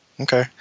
Okay